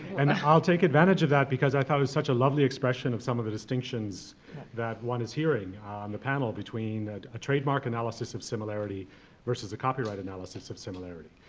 and i'll take advantage of that because i thought it was such a lovely expression of some of the distinctions that one is hearing on the panel between a trademark analysis of similarity versus a copyright analysis of similarity.